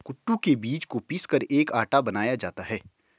कूटू के बीज को पीसकर एक आटा बनाया जाता है